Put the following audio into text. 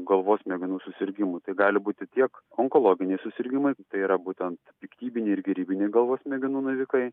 galvos smegenų susirgimų tai gali būti tiek onkologiniai susirgimai tai yra būtent piktybiniai ir gerybiniai galvos smegenų navikai